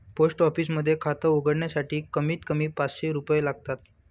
post office मध्ये खात उघडण्यासाठी कमीत कमी पाचशे रुपये लागतात